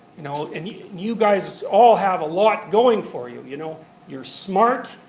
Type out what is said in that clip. you know and you you guys all have a lot going for you. you know you're smart,